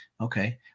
Okay